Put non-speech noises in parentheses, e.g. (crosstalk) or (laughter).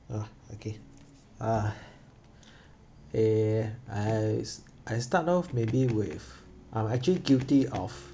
ah okay ah (breath) eh I s~ I start off maybe with I actually guilty of